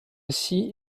aussi